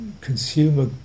Consumer